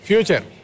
Future